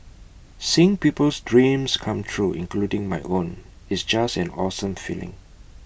seeing people's dreams come true including my own it's just an awesome feeling